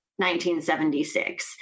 1976